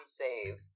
save